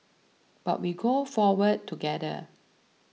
but we go forward together